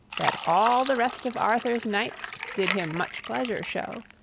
that all the rest of arthur's knights did him much pleasure show.